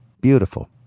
Beautiful